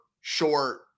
short